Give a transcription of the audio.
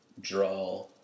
draw